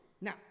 Now